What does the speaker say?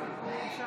בעד יום טוב